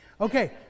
Okay